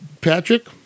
Patrick